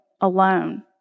alone